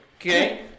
Okay